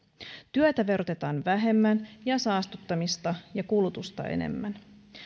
työtä verotetaan vähemmän ja saastuttamista ja kulutusta enemmän